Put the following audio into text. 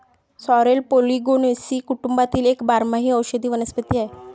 sorrel Polygonaceae कुटुंबातील एक बारमाही औषधी वनस्पती आहे